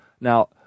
Now